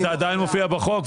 וזה עדיין מופיע בחוק,